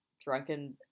drunken